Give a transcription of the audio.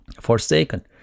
forsaken